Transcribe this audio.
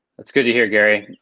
that's good to hear gary,